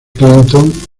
clinton